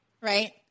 Right